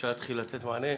אפשר להתחיל לתת מענה.